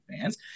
fans